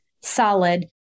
solid